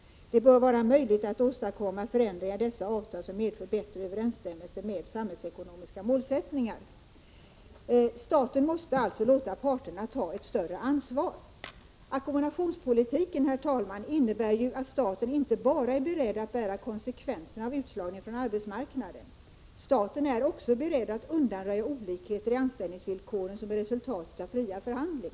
Det bör vara möjligt att åstadkomma förändringar i dessa avtal som medför bättre överensstämmelse med samhällsekonomiska målsättningar.” Staten måste alltså låta parterna ta ett större ansvar. Ackumulationspolitiken, herr talman, innebär att staten inte bara är beredd att bära konsekvenserna av utslagningen från arbetsmarknaden. Staten är också beredd att undanröja olikheter i anställningsvillkoren som är resultatet av fria förhandlingar.